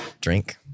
Drink